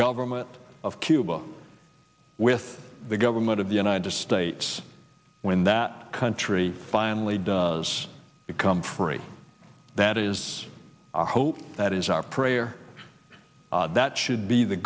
government of cuba with the government of the united states when that country finally does become free that is our hope that is our prayer that should be the